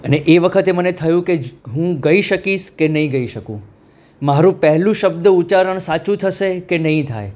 એ વખતે મને થયું કે હું ગાઈ શકીશ કે નહીં ગાઈ શકું મારું પહેલું શબ્દ ઉચ્ચારણ સાચું થશે કે નહીં થાય